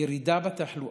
ירידה בתחלואה.